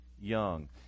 young